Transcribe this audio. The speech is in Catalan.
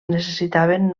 necessitaven